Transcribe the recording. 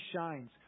shines